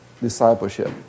discipleship